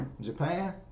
Japan